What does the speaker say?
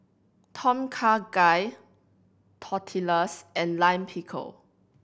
Tom Kha Gai Tortillas and Lime Pickle